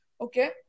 okay